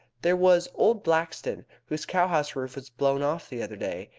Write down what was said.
there was old blaxton, whose cowhouse roof was blown off the other day.